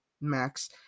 Max